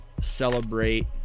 celebrate